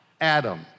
Adam